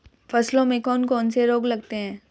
फसलों में कौन कौन से रोग लगते हैं?